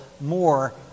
more